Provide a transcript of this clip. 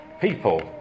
people